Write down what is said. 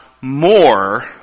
more